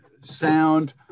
sound